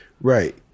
Right